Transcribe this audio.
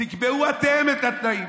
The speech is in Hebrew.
תקבעו אתם את התנאים,